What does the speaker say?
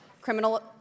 Criminal